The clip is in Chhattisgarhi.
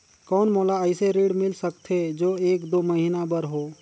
कौन मोला अइसे ऋण मिल सकथे जो एक दो महीना बर हो?